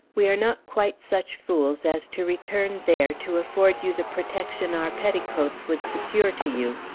we are not quite such fools as to return there to afford you the protection our petticoats would secure to you,